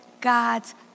God's